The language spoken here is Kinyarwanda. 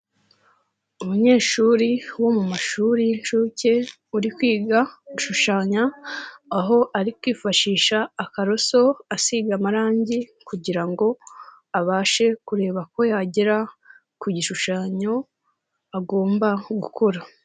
Umunyeshuri wo mu mashuri y'inshuke uri kwiga gushushanya, aho ari kwifashisha akaroso, asiga amarangi kugira ngo abashe kureba ko yagera ku gishushanyo agomba gukora.